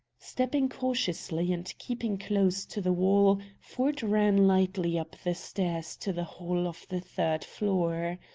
stepping cautiously, and keeping close to the wall, ford ran lightly up the stairs to the hall of the third floor.